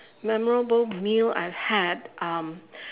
memorable meal I've had um